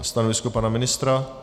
Stanovisko pana ministra?